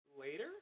later